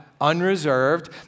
unreserved